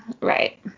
right